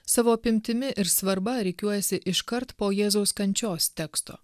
savo apimtimi ir svarba rikiuojasi iškart po jėzaus kančios teksto